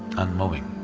unmoving.